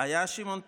היה שמעון פרס.